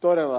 tuomittavaa